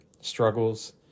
struggles